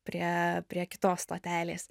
prie prie kitos stotelės